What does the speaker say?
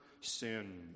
sin